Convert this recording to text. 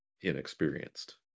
inexperienced